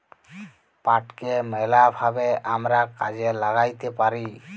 পাটকে ম্যালা ভাবে আমরা কাজে ল্যাগ্যাইতে পারি